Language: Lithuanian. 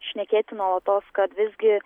šnekėti nuolatos kad visgi